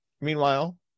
Meanwhile